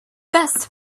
best